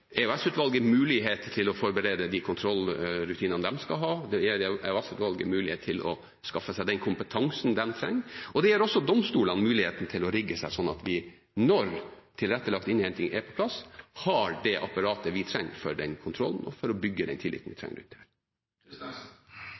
mulighet til å forberede de kontrollrutinene de skal ha, og til å skaffe seg den kompetansen de trenger. Det gir også domstolene muligheten til å rigge seg slik at vi, når tilrettelagt innhenting er på plass, har det apparatet vi trenger for den kontrollen, og for å bygge opp den tilliten vi trenger